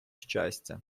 щастя